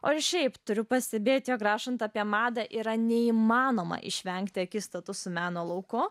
o ir šiaip turiu pastebėti jog rašant apie madą yra neįmanoma išvengti akistatos su meno lauku